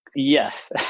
Yes